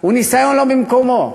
הוא ניסיון שאינו במקומו,